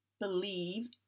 believe